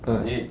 ah